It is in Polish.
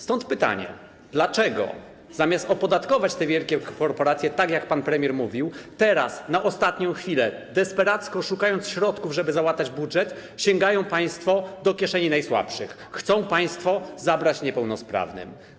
Stąd pytanie: Dlaczego zamiast opodatkować te wielkie korporacje, tak jak pan premier mówił, teraz na ostatnią chwilę, desperacko szukając środków, żeby załatać budżet, sięgają państwo do kieszeni najsłabszych, chcą państwo zabrać niepełnosprawnym?